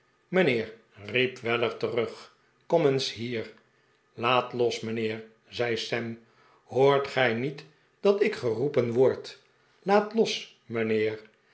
mijnheer riep weller terug kom eens hier laat los mijnheer zei sam hoort gij niet dat ik geroepen word laat los